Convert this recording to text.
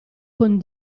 con